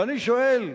ואני שואל: